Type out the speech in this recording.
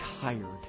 tired